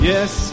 Yes